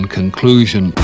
conclusion